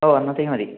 ഓ അന്നത്തേക്ക് മതി